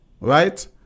right